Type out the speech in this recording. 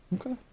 Okay